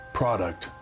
product